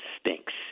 stinks